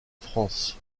france